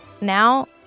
Now